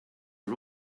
are